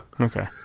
Okay